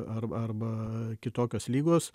ar arba kitokios ligos